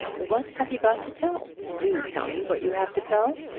what have you got to tell? do tell me what you have to tell.